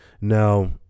Now